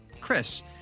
chris